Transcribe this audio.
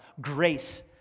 grace